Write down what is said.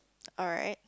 alright